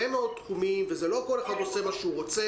מאוד תחומים ולא כל אחד עושה מה שהוא רוצה,